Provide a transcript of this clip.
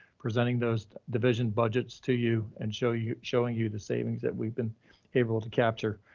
presenting those division budgets to you and show you, showing you the savings that we've been able to capture.